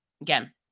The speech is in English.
Again